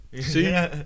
See